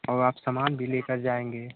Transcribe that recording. औ आप सामान भी लेकर जाएँगे